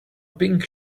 pink